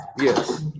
Yes